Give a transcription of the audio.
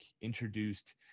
introduced